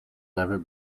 never